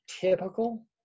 typical